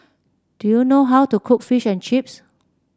do you know how to cook Fish and Chips